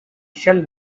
shall